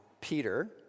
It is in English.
Peter